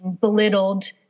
belittled